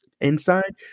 inside